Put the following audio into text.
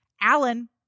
Alan